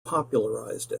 popularized